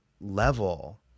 level